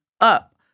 up